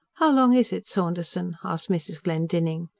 how long is it, saunderson? asked mrs. glendinning.